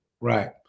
Right